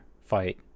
fight